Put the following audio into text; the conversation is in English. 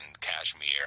Kashmir